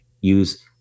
use